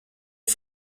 les